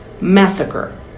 massacre